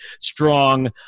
strong